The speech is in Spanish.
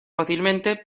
fácilmente